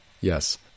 Yes